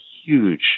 huge